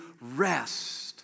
rest